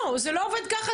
לא, זה לא עובד ככה.